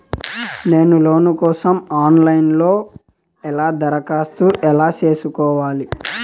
నేను లోను కోసం online లో ఎలా దరఖాస్తు ఎలా సేసుకోవాలి?